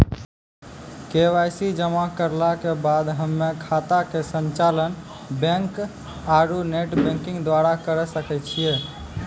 KYC जमा करला के बाद हम्मय खाता के संचालन बैक आरू नेटबैंकिंग द्वारा करे सकय छियै?